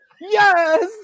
Yes